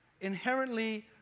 inherently